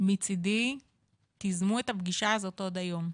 מצדי תזמו את הפגישה הזאת עוד היום,